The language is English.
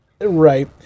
right